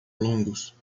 longos